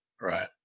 Right